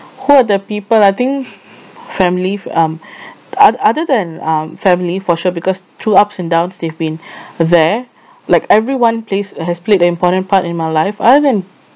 who are the people I think family um o~ other than uh family for sure because through ups and downs they've been there like everyone plays has played an important part in my life other than